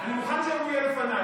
אני מוכן שהוא יהיה לפניי.